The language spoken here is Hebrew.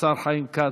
חיים כץ: